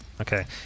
Okay